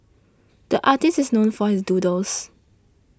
the artist is known for his doodles